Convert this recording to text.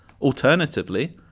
Alternatively